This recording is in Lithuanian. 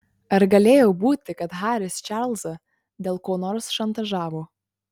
ar galėjo būti kad haris čarlzą dėl ko nors šantažavo